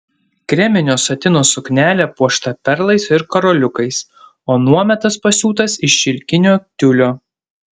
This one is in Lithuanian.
kreminio satino suknelė puošta perlais ir karoliukais o nuometas pasiūtas iš šilkinio tiulio